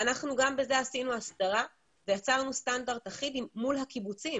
גם בזה עשינו אסדרה ויצרנו סטנדרט אחיד מול הקיבוצים